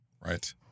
Right